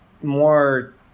more